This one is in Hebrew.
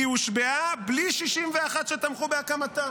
היא הושבעה בלי 61 שתמכו בהקמתה.